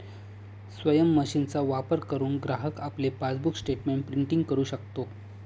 स्वयम मशीनचा वापर करुन ग्राहक आपले पासबुक स्टेटमेंट प्रिंटिंग करु शकतो